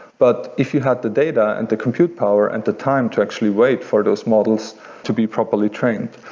but if you had the data and the compute power and the time to actually wait for those models to be properly trained,